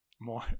more